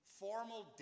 formal